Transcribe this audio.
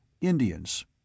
indians